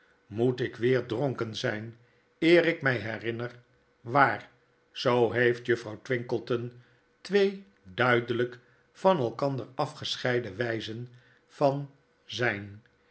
moet ik weer dronken zgn eer ik mij herinner waar zoo heeft juffrouw twinkleton twee duidelijk van elkander afgescheiden wpen van zgn